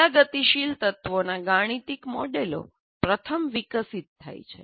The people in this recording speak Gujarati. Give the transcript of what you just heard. બધા ગતિશીલ તત્વોના ગાણિતિક મોડેલો પ્રથમ વિકસિત થાય છે